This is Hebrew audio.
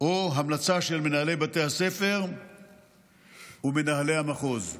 או המלצה של מנהלי בתי הספר ומנהלי המחוז.